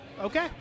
Okay